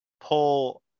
pull